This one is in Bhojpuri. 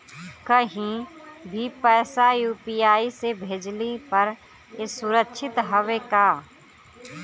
कहि भी पैसा यू.पी.आई से भेजली पर ए सुरक्षित हवे का?